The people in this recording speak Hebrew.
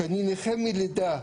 שאני נכה מלידה,